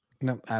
No